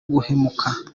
guhemuka